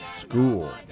school